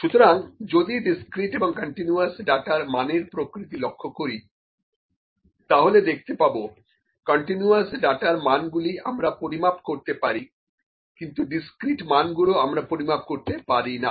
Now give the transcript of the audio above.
সুতরাং যদি ডিসক্রিট এবং কন্টিনিউয়াস ডাটার মানের প্রকৃতি লক্ষ্য করি তাহলে দেখতে পাবো কন্টিনিউয়াস ডাটার মানগুলোর আমরা পরিমাপ করতে পারি কিন্তু ডিসক্রিট মানগুলো আমরা পরিমাপ করতে পারি না